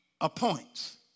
appoints